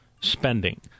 spending